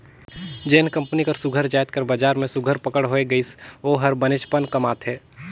जेन कंपनी कर सुग्घर जाएत कर बजार में सुघर पकड़ होए गइस ओ हर बनेचपन कमाथे